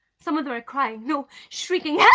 some of them are crying, no, shrieking, yeah